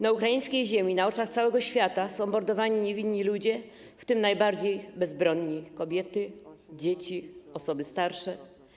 Na Ukraińskiej ziemi na oczach całego świata mordowani są niewinni ludzie, w tym najbardziej bezbronni: kobiety, dzieci, osoby starsze.